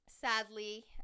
Sadly